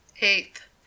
eighth